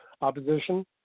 opposition